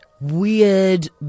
weird